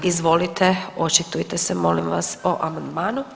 Izvolite, očitujte se molim vas o amandmanu.